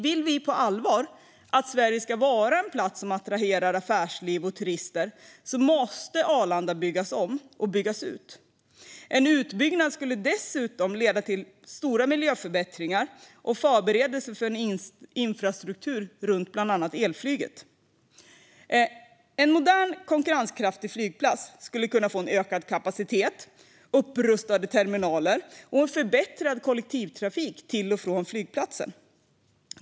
Vill vi på allvar att Sverige ska attrahera affärsliv och turister måste Arlanda byggas om och byggas ut. En utbyggnad skulle dessutom leda till stora miljöförbättringar och förberedelser för en infrastruktur runt bland annat elflyget. En modern, konkurrenskraftig flygplats skulle kunna få ökad kapacitet, upprustade terminaler och en förbättrad kollektivtrafik till och från flygplatsen.